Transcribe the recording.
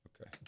Okay